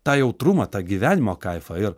tą jautrumą tą gyvenimo kaifą ir